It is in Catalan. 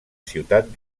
ciutat